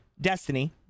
Destiny